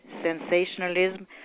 sensationalism